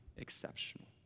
exceptional